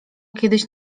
kiedyś